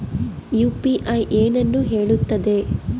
UPI ಏನನ್ನು ಹೇಳುತ್ತದೆ?